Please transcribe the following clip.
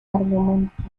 argumentos